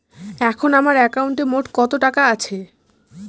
এখন আমার একাউন্টে মোট কত টাকা আছে?